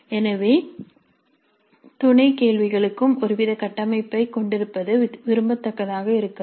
எனவே துணை கேள்விகளுக்கும் ஒருவித கட்டமைப்பைக் கொண்டிருப்பது விரும்பத்தக்கதாக இருக்கலாம்